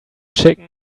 chicken